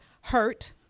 hurt